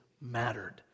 mattered